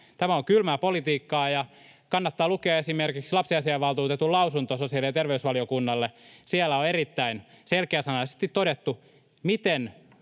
Tämä on kylmää politiikkaa, ja kannattaa lukea esimerkiksi lapsiasiainvaltuutetun lausunto sosiaali- ja terveysvaliokunnalle: siellä on erittäin selkeäsanaisesti todettu, miten